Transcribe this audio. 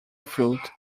fruit